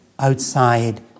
Outside